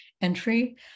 entry